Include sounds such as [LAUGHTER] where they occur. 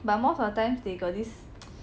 but most of the times they got this [NOISE]